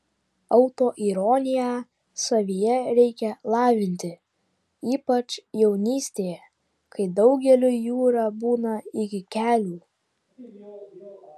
autoironiją savyje reikia lavinti ypač jaunystėje kai daugeliui jūra būna iki kelių